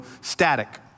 static